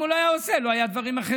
אם הוא לא היה עושה, לא היו דברים אחרים,